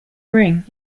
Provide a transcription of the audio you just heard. ring